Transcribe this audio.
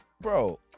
Bro